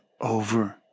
over